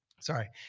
Sorry